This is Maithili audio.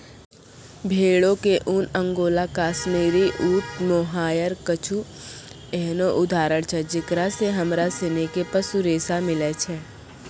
भेड़ो के ऊन, अंगोला, काश्मीरी, ऊंट, मोहायर कुछु एहनो उदाहरण छै जेकरा से हमरा सिनी के पशु रेशा मिलै छै